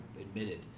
admitted